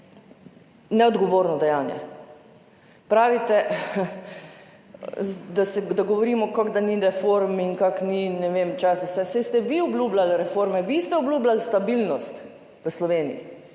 neodgovorno dejanje. Pravite, da govorimo, kako da ni reform in vem česa vse. Saj ste vi obljubljali reforme, vi ste obljubljali stabilnost v Sloveniji.